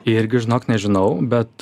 irgi žinok nežinau bet